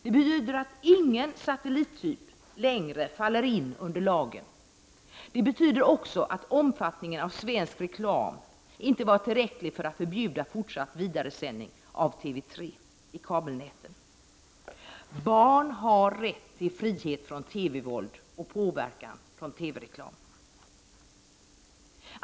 Det betyder att ingen satellittyp längre faller in under lagen, och det betyder också att om 171 fattningen av svensk reklam inte var tillräcklig för att förbjuda fortsatt vidaresändning av TV 3 i kabelnäten. Barn har rätt till frihet från TV-våld och påverkan från TV-reklam.